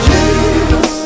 Jesus